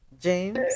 James